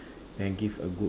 and give a good